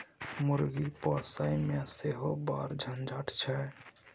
मुर्गी पोसयमे सेहो बड़ झंझट छै